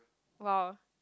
!wow!